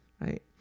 right